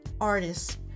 artists